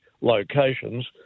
locations